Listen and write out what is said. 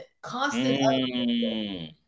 Constant